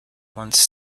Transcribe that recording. once